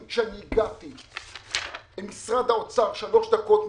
כשהגעתי עשרות פעמים למשרד האוצר, שלוש דקות מפה,